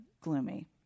gloomy